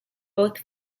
both